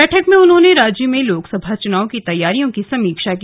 बैठक में उन्होंने राज्य में लोकसभा चुनाव की तैयारियों की समीक्षा की